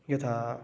यथा